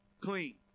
Clean